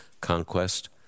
conquest